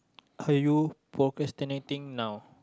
have you procrastinating now